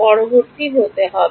পরবর্তী হতে হবে